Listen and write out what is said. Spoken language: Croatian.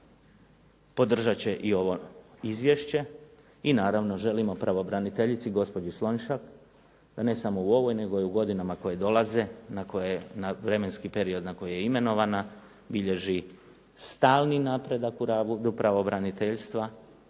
podržat će i ovo izvješće. I naravno želimo pravobraniteljici gospođi Slonjšak ne samo u ovoj nego i u godinama koje dolaze, vremenski period na koji je imenovana bilježi stalni napredak u radu pravobraniteljstva